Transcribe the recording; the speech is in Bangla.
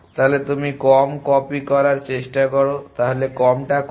তাহলে তুমি কম কপি করার চেষ্টা করো তাহলে কম টা কত